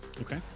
Okay